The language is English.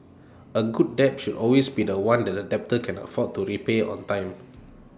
A good debt should always be The One that the debtor can afford to repay on time